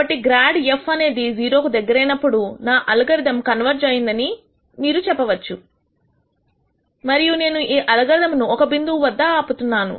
కాబట్టి grad f అనేది 0 కు దగ్గరైనప్పుడు నా అల్గారిథం కన్వెర్జ్ అయిందని మీరు చెప్పవచ్చు మరియు నేను ఈ అల్గారిథం ను ఒక బిందువు వద్ద ఆపుతున్నాను